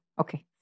Okay